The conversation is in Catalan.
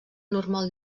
normal